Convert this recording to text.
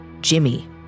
Jimmy